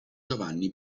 giovanni